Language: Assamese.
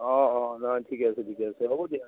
অঁ অঁ নাই ঠিক আছে ঠিক আছে হ'ব দিয়া